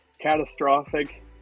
catastrophic